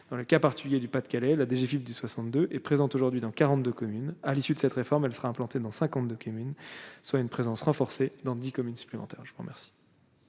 dans le cas particulier du Pas-de-Calais, la DGFIP des 62 et présente aujourd'hui dans 42 communes à l'issue de cette réforme, elle sera implantée dans 52 communes soit une présence renforcée dans 10 communes supplémentaires, je prends merci.